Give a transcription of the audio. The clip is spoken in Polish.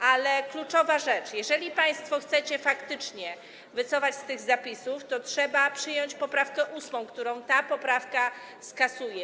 Ale kluczowa rzecz: jeżeli państwo chcecie faktycznie wycofać się z tych zapisów, to trzeba przyjąć poprawkę 8., którą ta poprawka skasuje.